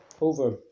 over